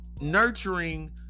nurturing